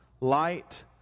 light